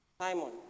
Simon